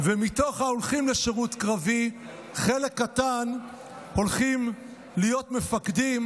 ומתוך ההולכים לשירות קרבי חלק קטן הולכים להיות מפקדים,